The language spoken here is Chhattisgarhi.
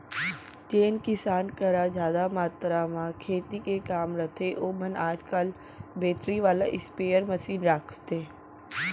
जेन किसान करा जादा मातरा म खेती के काम रथे ओमन आज काल बेटरी वाला स्पेयर मसीन राखथें